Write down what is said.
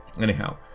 Anyhow